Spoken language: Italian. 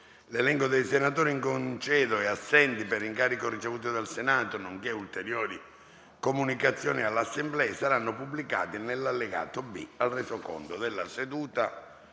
L'elenco dei senatori in congedo e assenti per incarico ricevuto dal Senato, nonché ulteriori comunicazioni all'Assemblea saranno pubblicati nell'allegato B al Resoconto della seduta